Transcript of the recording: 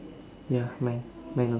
ya mine mine also